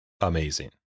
amazing